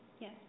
Yes